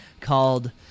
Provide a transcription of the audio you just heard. called